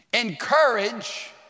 encourage